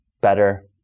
better